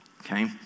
okay